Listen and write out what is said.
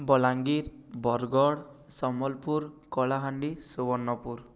Balangir Bargarh Sambalpur Kalahandi Subarnapur